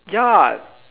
ya